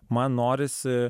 man norisi